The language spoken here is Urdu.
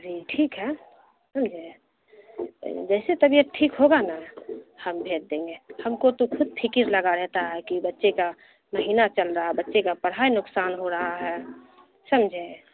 جی ٹھیک ہے سمجھے جیسے طبیعت ٹھیک ہوگا نا ہم بھیج دیں گے ہم کو تو خود فکر لگا رہتا ہے کہ بچے کا مہینہ چل رہا بچے کا پڑھائی مقصان ہو رہا ہے سمجھے